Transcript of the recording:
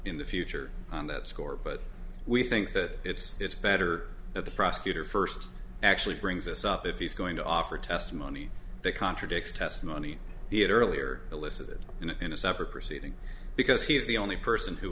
in the future on that score but we think that it's it's better that the prosecutor first actually brings this up if he's going to offer testimony that contradicts testimony he had earlier elicited in a separate proceeding because he is the only person who